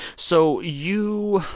so you